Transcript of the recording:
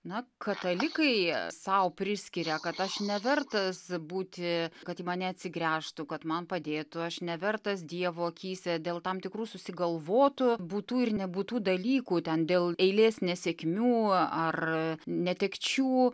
na katalikai sau priskiria kad aš nevertas būti kad į mane atsigręžtų kad man padėtų aš nevertas dievo akyse dėl tam tikrų susigalvotų būtų ir nebūtų dalykų ten dėl eilės nesėkmių ar netekčių